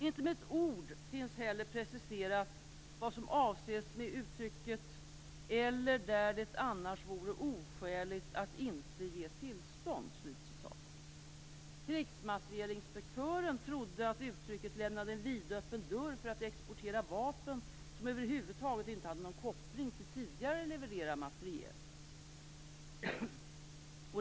Inte med ett ord finns heller preciserat vad som avses med uttrycket "eller där det annars vore oskäligt att inte ge tillstånd". Krigsmaterielinspektören trodde att uttrycket lämnade en vidöppen dörr för export av vapen som över huvud taget inte hade någon koppling till tidigare levererad materiel.